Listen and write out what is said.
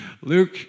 Luke